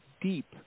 deep